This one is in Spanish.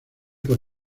por